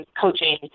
coaching